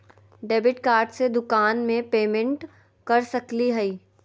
Debit card से दुकान में पेमेंट कर सकली हई?